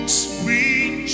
sweet